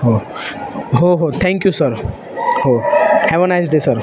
हो हो हो थँक यू सर हो have a nice day sir